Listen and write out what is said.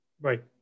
Right